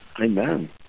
Amen